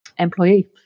employee